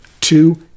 Two